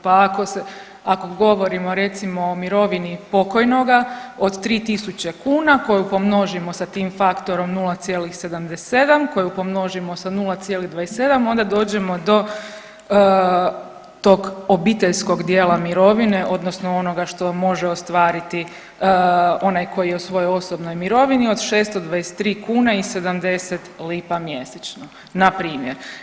Pa ako govorimo recimo o mirovini pokojnoga od 3.000 koju pomnožimo sa tim faktorom 0,77 koju pomnožimo sa 0,27 onda dođemo do tog obiteljskog dijela mirovine odnosno onoga što može ostvariti onaj koji je u svojoj osobnoj mirovini od 623 kune i 70 lipa mjesečno na primjer.